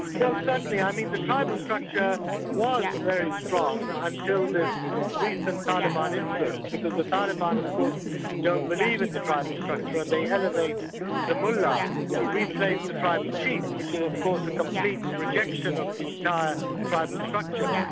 well certainly. i mean the tribal kind of structure was very strong ah until this recent taliban influence, because the taliban of course don't believe in the tribal structure, and they elevate the mullah to replace the tribal chief, which is you know of course a complete rejection of the entire tribal structure.